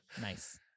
Nice